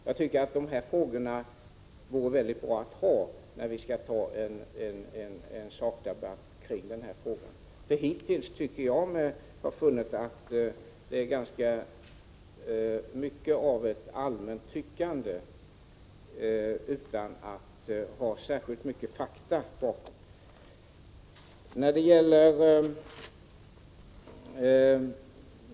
Jag tycker att det vore bra att ha svar på dessa frågor när vi skall föra en sakdebatt i ärendet. Hittills tycker jag mig ha funnit ganska mycket av allmänt tyckande utan särskilt mycket fakta bakom.